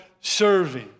serving